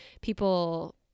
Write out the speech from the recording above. people